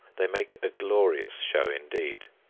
they make a glorious show indeed.